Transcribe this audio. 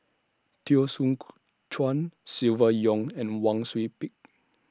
Teo Soon Chuan Silvia Yong and Wang Sui Pick